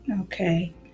Okay